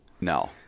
No